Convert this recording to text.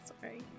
Sorry